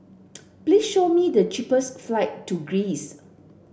please show me the cheapest flight to Greece